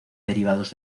derivados